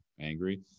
angry